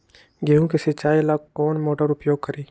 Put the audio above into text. गेंहू के सिंचाई ला कौन मोटर उपयोग करी?